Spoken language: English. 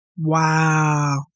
Wow